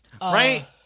Right